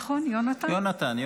נכון, יונתן?